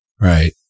Right